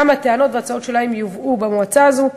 שגם הטענות והצעות שלהם יובאו במועצה הזאת.